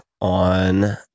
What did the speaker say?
on